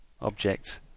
object